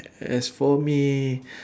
as for me